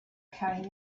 carrying